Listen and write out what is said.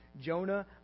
Jonah